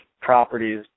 properties